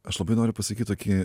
aš labai noriu pasakyt tokį